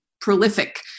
prolific